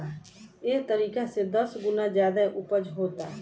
एह तरीका से दस गुना ज्यादे ऊपज होता